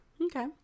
Okay